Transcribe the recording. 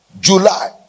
July